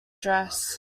dress